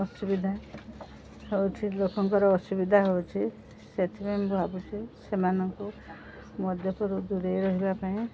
ଅସୁବିଧା ହେଉଛି ଲୋକଙ୍କର ଅସୁବିଧା ହେଉଛି ସେଥିପାଇଁ ମୁଁ ଭାବୁଛିି ସେମାନଙ୍କୁ ମଦ୍ୟପରୁ ଦୂରେଇ ରହିବା ପାଇଁ